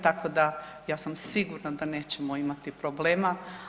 Tako da ja sam sigurna da nećemo imati problema.